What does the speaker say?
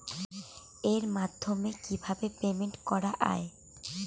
এর মাধ্যমে কিভাবে পেমেন্ট করা য়ায়?